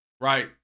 right